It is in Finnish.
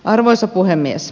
arvoisa puhemies